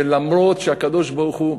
שלמרות שהקדוש-ברוך-הוא,